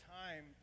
time